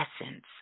essence